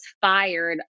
fired